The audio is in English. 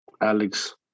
Alex